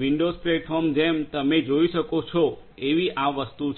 windows platform જેમ તમે જોઈ શકો છો એવી આ વસ્તુ છે